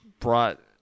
brought